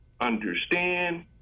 understand